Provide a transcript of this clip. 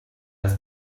das